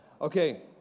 Okay